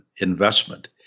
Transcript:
investment